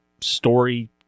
story